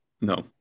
No